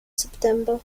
september